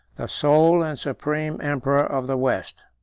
the sole and supreme emperor of the west.